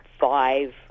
five